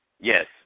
Yes